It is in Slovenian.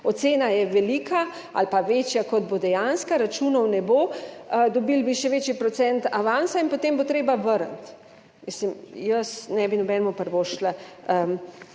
Ocena je velika ali pa večja, kot bo dejanska, računov ne bo, dobili bi še večji procent avansa in potem bo treba vrniti. Mislim, jaz ne bi nobenemu privoščila